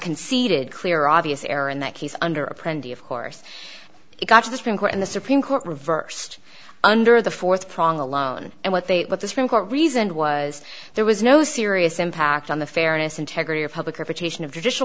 conceded clear obvious error in that case under a plenty of course it got to the supreme court and the supreme court reversed under the fourth prong alone and what they what the supreme court reasoned was there was no serious impact on the fairness integrity or public reputation of judicial